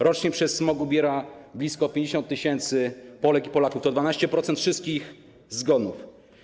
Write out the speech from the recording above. Rocznie przez smog umiera blisko 50 tys. Polek i Polaków, to 12% wszystkich zgonów.